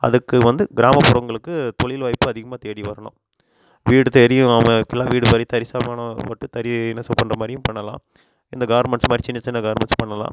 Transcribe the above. அதுக்கு வந்து கிராமப்புறங்களுக்கு தொழில் வாய்ப்பு அதிகமாக தேடி வரணும் வீடு தேடியும் வேலைவாய்ப்பெல்லாம் வீடு பட்டு தறி நெசவு பண்ணுற மாதிரியும் பண்ணலாம் இந்த கார்மெண்ட்ஸ் மாதிரி சின்ன சின்ன கார்மெண்ட்ஸ் பண்ணலாம்